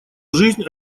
жизнь